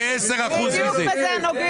בדיוק בזה נוגעים.